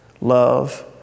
love